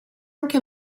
anche